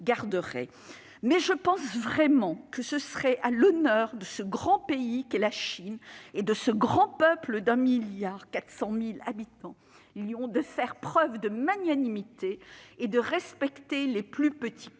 je pense vraiment que ce serait tout à l'honneur de ce grand pays qu'est la Chine et de ce grand peuple de 1,4 milliard d'habitants de faire preuve de magnanimité et de respecter les plus petits que